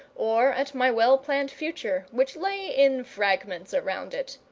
or at my well-planned future which lay in fragments around it.